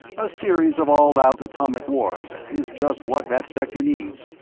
a series of all-out atomic wars is just what that sector needs,